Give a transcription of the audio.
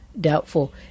doubtful